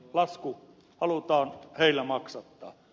lasku halutaan heillä maksattaa